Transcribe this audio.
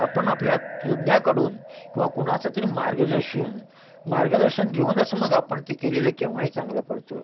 आपण आपल्या तज्ञाकडून किंवा कोणाचं तरी मार्गदर्शन मार्गदर्शन घेऊनच मग आपण ते केलेलं केव्हाही चांगलं पडतं